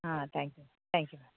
ah thank you thank you ma'am